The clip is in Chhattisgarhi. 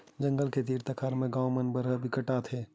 जंगल के तीर तखार के गाँव मन म बरहा बिकट अकन आथे